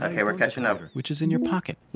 ah okay, we're catching up. which is in your pocket.